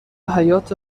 حیاطه